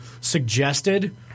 suggested